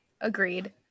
Agreed